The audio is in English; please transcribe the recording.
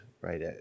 right